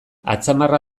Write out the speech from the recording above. atzamarra